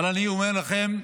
אבל אני אומר לכם,